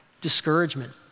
discouragement